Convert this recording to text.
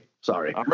Sorry